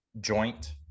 joint